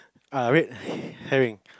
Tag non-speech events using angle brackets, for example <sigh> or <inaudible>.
err red <laughs> herring